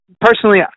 personally –